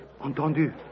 Entendu